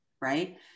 right